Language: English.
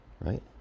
Right